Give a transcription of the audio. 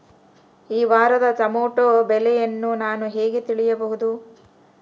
ಈ ವಾರದ ಟೊಮೆಟೊ ಬೆಲೆಯನ್ನು ನಾನು ಹೇಗೆ ತಿಳಿಯಬಹುದು?